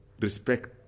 respect